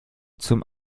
zum